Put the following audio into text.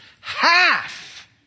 Half